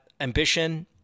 ambition